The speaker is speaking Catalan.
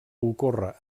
ocorre